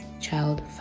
Child